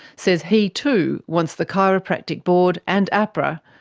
says he too wants the chiropractic board and ahpra,